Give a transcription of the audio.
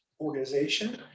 organization